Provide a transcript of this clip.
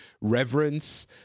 reverence